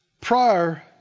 prior